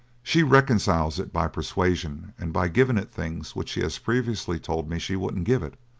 she reconciles it by persuasion, and by giving it things which she had previously told me she wouldn't give it.